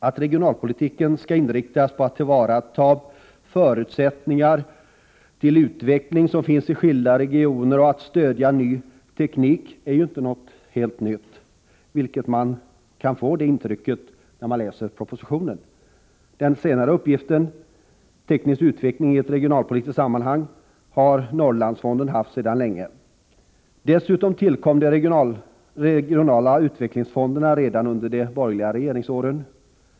Att regionalpolitiken skall inriktas på att tillvarata de förutsättningar för utveckling som finns i skilda regioner och att stödja ny teknik är ju inte något helt nytt, vilket man kan få intryck av när man läser propositionen. Den senare uppgiften — teknisk utveckling i ett regionalpolitiskt sammanhang — har Norrlandsfonden haft sedan länge. Dessutom tillkom de regionala utvecklingsfonderna redan under de borgerliga regeringsåren.